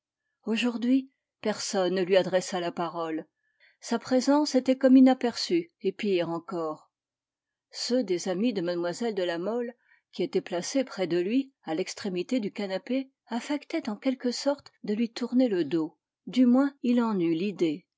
aujourd'hui personne ne lui adressa la parole sa présence était comme inaperçue et pire encore ceux des amis de mlle de la mole qui étaient placés près de lui à l'extrémité du canapé affectaient en quelque sorte de lui tourner le dos du moins il en eut l'idée